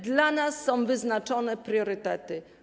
Dla nas są wyznaczone priorytety.